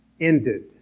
ended